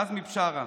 עזמי בשארה.